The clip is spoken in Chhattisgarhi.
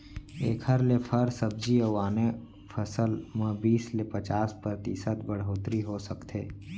एखर ले फर, सब्जी अउ आने फसल म बीस ले पचास परतिसत बड़होत्तरी हो सकथे